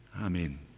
Amen